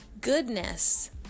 goodness